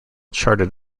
charted